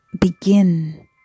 begin